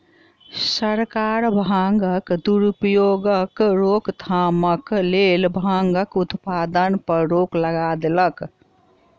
सरकार भांगक दुरुपयोगक रोकथामक लेल भांगक उत्पादन पर रोक लगा देलक